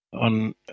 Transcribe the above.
On